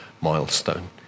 milestone